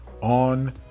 on